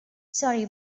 sorry